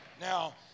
Now